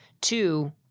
Two